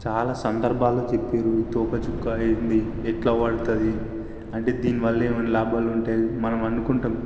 చాలా సందర్భాల్లో చెప్పేరు ఈ తోకచుక్క ఏంటి ఎట్లా పడుతుంది అంటే దీని వల్ల ఏమైనా లాభాలు ఉంటాయి మనం అనుకుంటాం